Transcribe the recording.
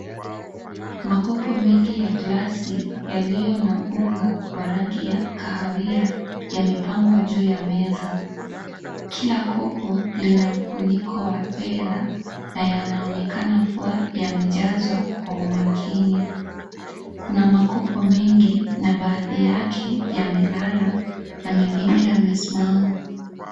Makopo mengi ya glasi yaliyo na unga wa rangi ya kahawia yamepangwa juu ya meza, kila kopo lina ufuniko wa fedha na yanaonekana kuwa yamejazwa kwa umakini, kuna makopo mingi na baadhi yake yamelala na mengine yamesimama .